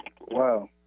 wow